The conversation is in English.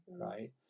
right